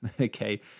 okay